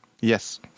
Yes